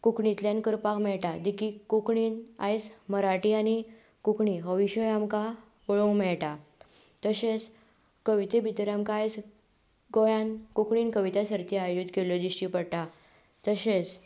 कोंकणींतल्या करपाक मेळटा देखीक कोंकणीन आयज मराठी आनी कोंकणी हो विशय आमकां पळोवंक मेळटा तशेंच कविते भितर आमकां आयज गोंयांत कोंकणींत कविता सर्ती आयोजीत केल्ल्यो दिश्टी पडटा तशेंच